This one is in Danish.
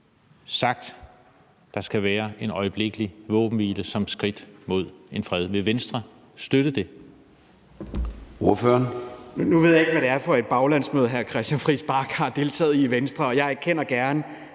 sagt, at der skal være en øjeblikkelig våbenhvile som skridt mod en fred. Vil Venstre støtte det?